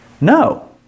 No